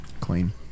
Clean